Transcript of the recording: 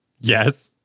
yes